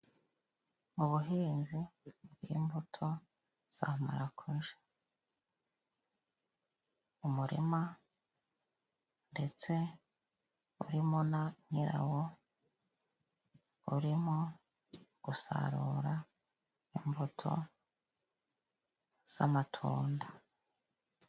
Mu buhinzi bw'imputo za marakuja, umurima ndetse urimo na nyirawo, arimo gusarura imbuto z'amatunda.